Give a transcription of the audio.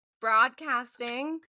Broadcasting